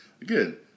Again